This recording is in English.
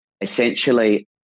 essentially